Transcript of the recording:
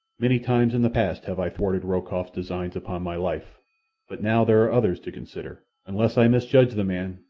many times in the past have i thwarted rokoff's designs upon my life but now there are others to consider. unless i misjudge the man,